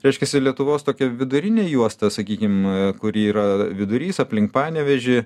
reiškiasi lietuvos tokia vidurinė juosta sakykim kur yra vidurys aplink panevėžį